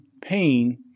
pain